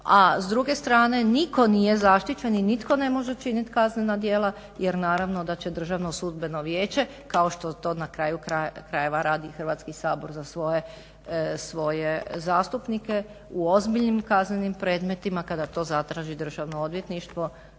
a s druge strane nitko nije zaštićen i nitko ne može činit kaznena djela jer naravno da će Državno sudbeno vijeće kao što to na kraju krajeva radi Hrvatski sabor za svoje zastupnike u ozbiljnim kaznenim predmetima kada to zatraži državno odvjetništvo